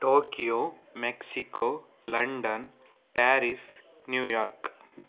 Tokyo Mexico London Paris New York